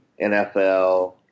nfl